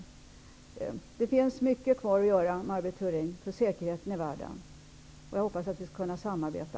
Mycket finns kvar att göra, Maj Britt Theorin, för säkerheten i världen. Jag hoppas att vi skall kunna samarbeta.